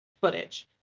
footage